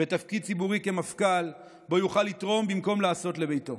בתפקיד ציבורי כמפכ"ל ובו יוכל לתרום במקום לעשות לביתו.